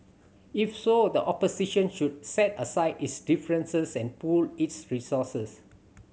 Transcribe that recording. if so the opposition should set aside its differences and pool its resources